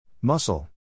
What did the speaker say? Muscle